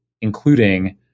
including